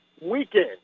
weekend